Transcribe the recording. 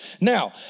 Now